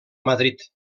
madrid